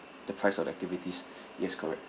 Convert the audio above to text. the price of the activities yes correct